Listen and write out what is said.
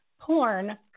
porn